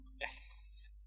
Yes